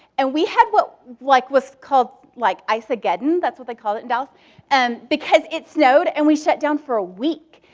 and we had what like was called like ice-ageddon, that's what they called it in dallas, and because it snowed, and we shut down for a week.